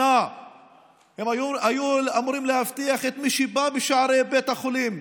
הם היו אמורים לאבטח את מי שבא בשערי בית החולים,